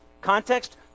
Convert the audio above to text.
Context